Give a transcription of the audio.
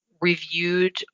reviewed